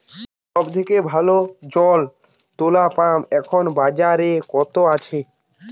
সব থেকে ভালো জল তোলা পাম্প এখন বাজারে কত আছে?